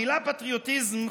המילה פטריוטיזם,